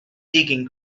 digging